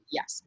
Yes